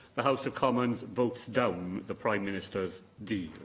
the house of commons votes down the prime minister's deal.